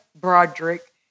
Broderick